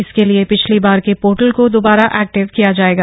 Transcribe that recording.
इसके लिए पिछली बार के पोर्टल को दोबारा एक्टिव किया जाएगा